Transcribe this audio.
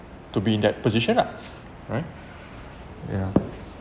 to be in that position lah right yeah